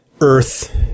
Earth